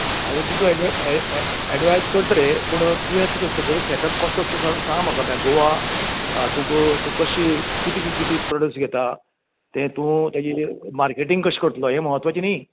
हांव तुका एडव् ए एड एडवायज करता रे पूण तुवें सगलो सेटप कसो केला सांग म्हाका गोवा तुका तुका अशी कितें कितें प्रोडक्ट्स घेता तें तूं तेजी जी मार्केटींग कशें करतलो हें म्हत्वाचें न्ही